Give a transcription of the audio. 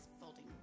folding